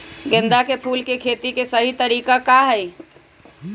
गेंदा के फूल के खेती के सही तरीका का हाई?